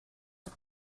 but